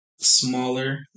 smaller